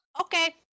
Okay